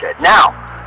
Now